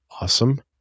awesome